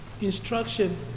instruction